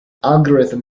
algorithm